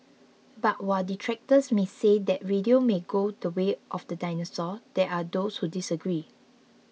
but while detractors may say that radio may go the way of the dinosaur there are those who disagree